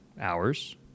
hours